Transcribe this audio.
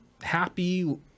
happy